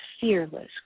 fearless